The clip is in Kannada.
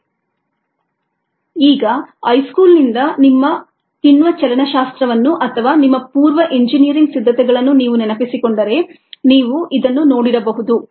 rgES rcES d mESdt ≅ 0 ಈಗ ಹೈಸ್ಕೂಲ್ನಿಂದ ನಿಮ್ಮ ಕಿಣ್ವ ಚಲನಶಾಸ್ತ್ರವನ್ನು ಅಥವಾ ನಿಮ್ಮ ಪೂರ್ವ ಎಂಜಿನಿಯರಿಂಗ್ ಸಿದ್ಧತೆಗಳನ್ನು ನೀವು ನೆನಪಿಸಿಕೊಂಡರೆ ನೀವು ಇದನ್ನು ನೋಡಿರಬಹುದು